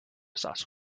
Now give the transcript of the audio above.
sauce